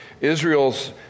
israel's